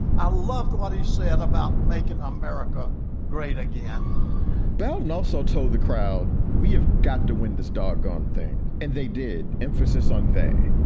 i loved what he said about making america great again bell also told the crowd, we have got to win this doggone thing. and they did. emphasis on vay.